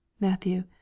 Matthew